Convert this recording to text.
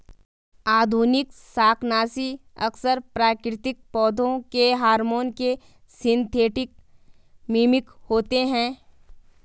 आधुनिक शाकनाशी अक्सर प्राकृतिक पौधों के हार्मोन के सिंथेटिक मिमिक होते हैं